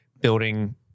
building